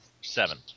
seven